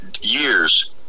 years